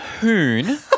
hoon